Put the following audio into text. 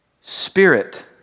Spirit